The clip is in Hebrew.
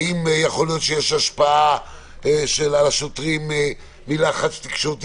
האם יכול להיות שיש השפעה על השוטרים מלחץ תקשורתי